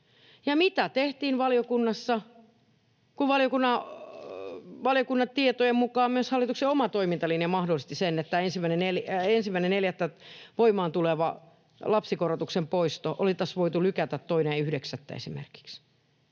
mitä tehtiin valiokunnassa, kun valiokunnan tietojen mukaan myös hallituksen oma toimintalinja mahdollisti sen, että 1.4. voimaan tuleva lapsikorotuksen poisto oltaisiin voitu lykätä esimerkiksi